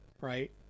right